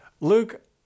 Luke